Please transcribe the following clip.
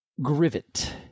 GRIVET